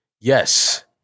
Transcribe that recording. yes